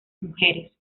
mujeres